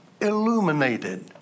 illuminated